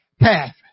path